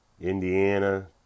Indiana